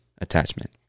attachment